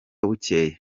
bucyeye